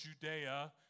Judea